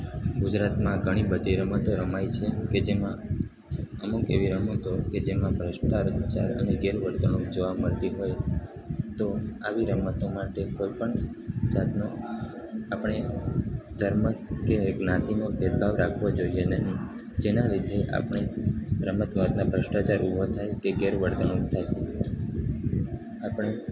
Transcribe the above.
ગુજરાતમાં ઘણીબધી રમતો રમાય છે કે જેમાં અમુક એવી રમતો કે જેમાં ભ્રષ્ટાચાર અને ગેરવર્તણૂક જોવા મળતી હોય તો આવી રમતો માટે કોઈપણ જાતનું આપણે ધર્મ કે જ્ઞાતિનો ભેદભાવ રાખવો જોઈએ નહીં જેના લીધે આપણે રમત ગમતમાં ભ્રષ્ટાચાર ઊભો થાય કે ગેરવર્તણૂક થાય આપણે